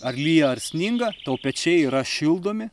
ar lyja ar sninga o pečiai yra šildomi